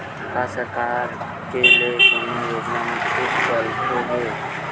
का सरकार के ले कोनो योजना म छुट चलत हे?